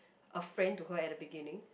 a friend to her at the beginning